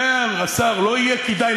אומר השר: לא יהיה כדאי.